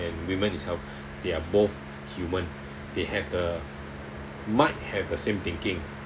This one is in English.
and women itself they are both human they have the might have the same thinking